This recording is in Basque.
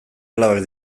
alabak